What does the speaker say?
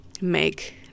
make